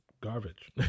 Garbage